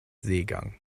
seegang